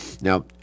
Now